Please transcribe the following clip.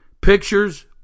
pictures